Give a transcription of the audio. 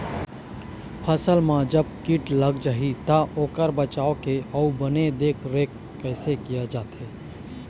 फसल मा जब कीट लग जाही ता ओकर बचाव के अउ बने देख देख रेख कैसे किया जाथे?